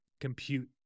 compute